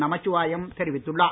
நமச்சிவாயம் தெரிவித்துள்ளார்